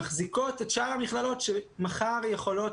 הן מחזיקות את שאר המכללות שמחר יכולות